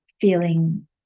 feeling